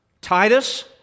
Titus